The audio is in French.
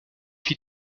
fit